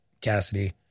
Cassidy